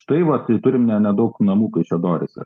tai vat tai turim ne nedaug namų kaišiadoryse